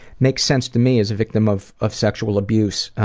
makes sense to me as a victim of of sexual abuse.